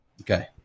Okay